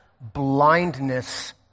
blindness